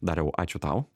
dariau ačiū tau